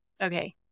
Okay